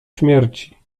śmierci